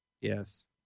Yes